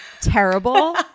terrible